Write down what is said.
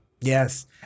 Yes